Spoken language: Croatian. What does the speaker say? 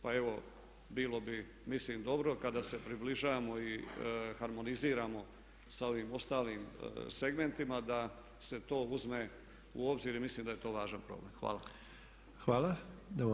Pa evo bilo bi mislim dobro kada se približavamo i harmoniziramo sa ovim ostalim segmentima da se to uzme u obzir i mislim da je to važan problem.